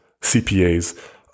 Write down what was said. CPAs